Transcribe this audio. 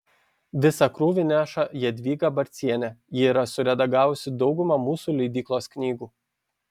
visą krūvį neša jadvyga barcienė ji yra suredagavusi daugumą mūsų leidyklos knygų